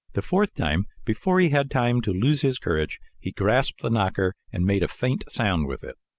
the fourth time, before he had time to lose his courage, he grasped the knocker and made a faint sound with it.